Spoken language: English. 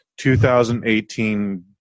2018